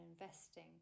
investing